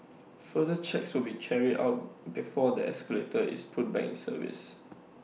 further checks will be carried out before the escalator is put back in service